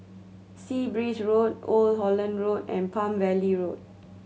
Sea Breeze Road Old Holland Road and Palm Valley Road